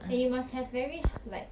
and you must have like very like